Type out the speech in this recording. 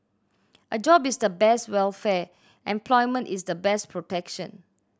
a job is the best welfare employment is the best protection